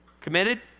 Committed